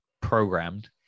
programmed